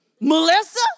Melissa